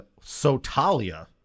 Sotalia